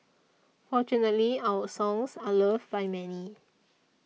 fortunately our songs are loved by many